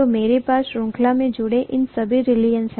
तो मेरे पास श्रृंखला में जुड़े इन सभी रीलक्टन्स है